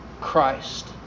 Christ